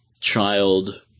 child